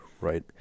right